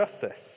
justice